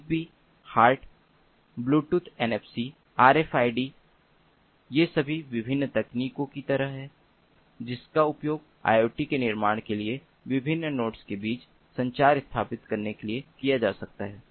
Zigbee HART Bluetooth N F C R F I D ये सभी विभिन्न तकनीकों की तरह हैं जिनका उपयोग IoT के निर्माण के लिए विभिन्न नोड्स के बीच संचार स्थापित करने के लिए किया जा सकता है